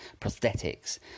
prosthetics